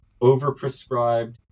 overprescribed